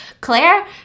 Claire